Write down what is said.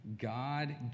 God